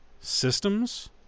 systems